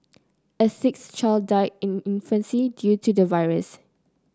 a sixth child died in infancy due to the virus